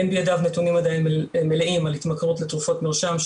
אין בידיו נתונים מלאים על התמכרות לתרופות מרשם,